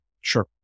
Sure